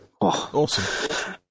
Awesome